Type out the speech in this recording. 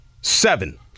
Seven